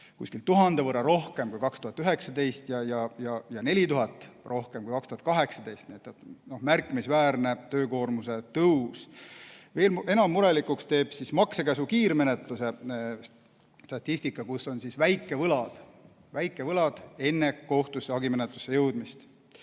umbes 1000 võrra rohkem kui 2019 ja 4000 rohkem kui 2018. Märkimisväärne töökoormuse kasv! Veel enam murelikuks teeb maksekäsu kiirmenetluse statistika – need on siis väikevõlad enne kohtusse hagimenetlusse jõudmist.